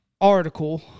article